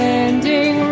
ending